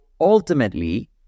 ultimately